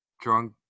drunk